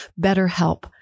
BetterHelp